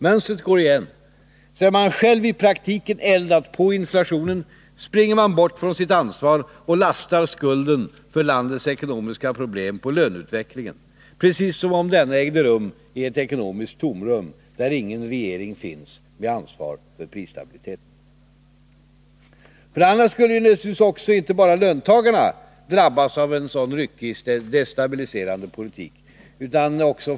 Mönstret går igen: sedan man själv i praktiken eldat på inflationen, springer man bort från sitt ansvar och lastar skulden för landets ekonomiska problem på löneutvecklingen, precis som om denna ägde rum i ett ekonomiskt tomrum, där ingen regering finns med ansvar för prisstabiliteten. För det andra skulle naturligtvis inte bara löntagarna drabbas av en sådan ryckig, destabiliserande politik.